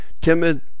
timid